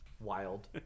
wild